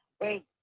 Wait